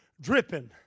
dripping